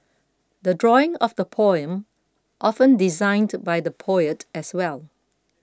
the drawing of the poem often designed by the poet as well